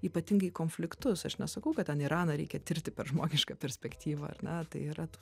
ypatingai konfliktus aš nesakau kad ten iraną reikia tirti per žmogišką perspektyvą ar ne tai yra